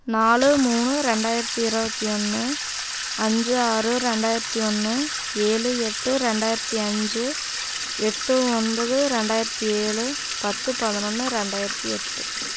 நாலு மூணு ரெண்டாயிரத்து இருவத்தி ஒன்று அஞ்சு ஆறு ரெண்டாயிரத்து ஒன்று ஏழு எட்டு ரெண்டாயிரத்து அஞ்சு எட்டு ஒன்பது ரெண்டாயிரத்து ஏழு பத்து பதனொன்று ரெண்டாயிரத்து எட்டு